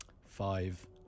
Five